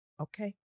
Okay